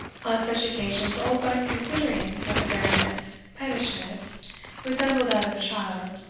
on such occasions, oldbuck, considering that the baronet's pettishness resembled that of a child,